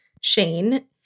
Shane